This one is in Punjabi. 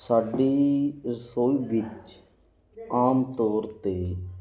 ਸਾਡੀ ਰਸੋਈ ਵਿੱਚ ਆਮ ਤੌਰ 'ਤੇ